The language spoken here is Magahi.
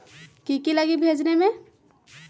की की लगी भेजने में?